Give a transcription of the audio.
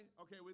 okay